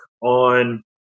on